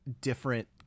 different